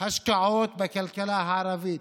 השקעות בכלכלה הערבית,